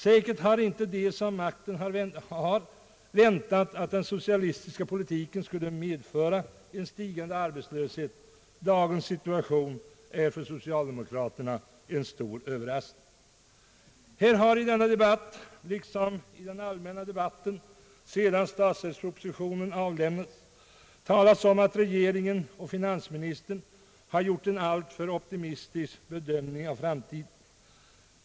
Säkert har inte de som makten har väntat att den socialistiska politiken skulle medföra en stigande arbetslöshet. Dagens situation är för socialdemokraterna en stor överraskning. I denna debatt liksom i den allmänna debatten sedan statsverkspropositionen avlämnades har det talats om att regeringen och finansministern har gjort en alltför optimistisk bedömning av framtiden.